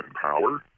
power